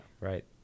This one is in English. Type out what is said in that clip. Right